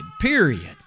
period